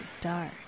Dark